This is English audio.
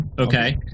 Okay